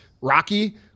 Rocky